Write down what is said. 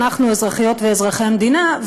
אנחנו אזרחיות ואזרחי המדינה,